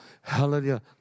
Hallelujah